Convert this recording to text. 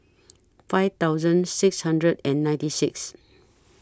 five thousand six hundred and ninety six